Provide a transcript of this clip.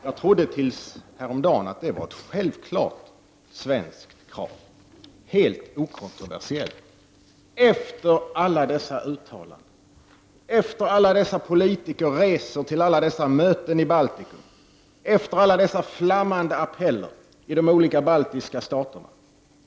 Jag trodde till häromdagen att det var ett självklart svenskt krav, helt okontroversiellt efter alla dessa uttalanden, efter alla dessa politikerresor till alla dessa möten i Baltikum, efter alla dessa flammande appeller i de olika baltiska staterna.